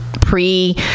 pre